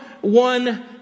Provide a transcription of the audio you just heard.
one